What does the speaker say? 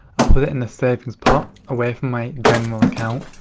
put it in a savings pot, away from my general account.